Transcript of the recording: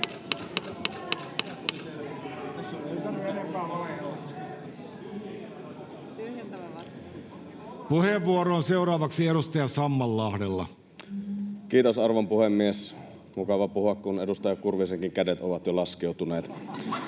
Puheenvuoro on seuraavaksi edustaja Sammallahdella. Kiitos, arvon puhemies! Mukava puhua, kun edustaja Kurvisenkin kädet ovat jo laskeutuneet.